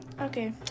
okay